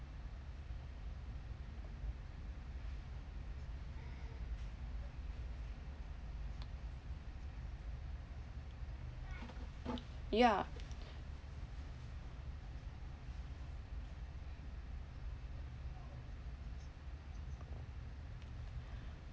ya